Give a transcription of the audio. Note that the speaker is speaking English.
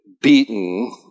beaten